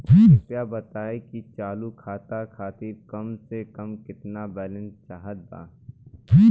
कृपया बताई कि चालू खाता खातिर कम से कम केतना बैलैंस चाहत बा